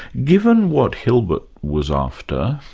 given what hilbert was after,